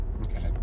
okay